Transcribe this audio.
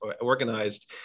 organized